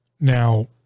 Now